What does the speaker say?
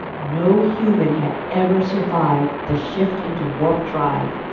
no human had ever survived the shift into warp-drive,